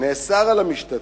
נאסר על המשתתפים.